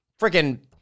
freaking